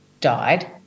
died